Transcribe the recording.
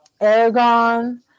Aragon